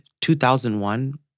2001